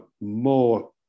more